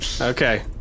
Okay